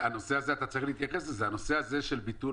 אתה צריך להתייחס לנושא הזה של ביטול